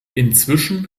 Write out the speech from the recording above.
inzwischen